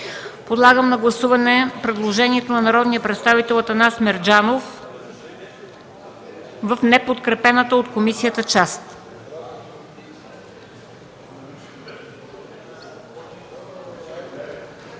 Подлагам на гласуване предложението на народния представител Атанас Мерджанов в неподкрепената от комисията част.